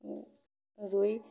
ৰুই